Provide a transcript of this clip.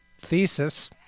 thesis